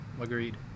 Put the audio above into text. Agreed